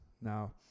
Now